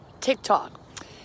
TikTok